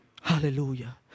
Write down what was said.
Hallelujah